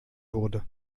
wurde